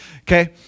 Okay